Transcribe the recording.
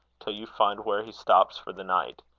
till you find where he stops for the night.